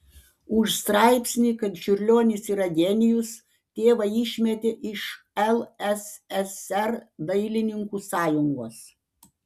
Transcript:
už straipsnį kad čiurlionis yra genijus tėvą išmetė iš lssr dailininkų sąjungos